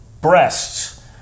breasts